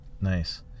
Nice